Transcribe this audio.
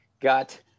got